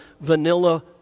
vanilla